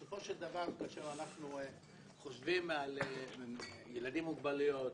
כאשר אנחנו חושבים על ילדים עם מוגבלויות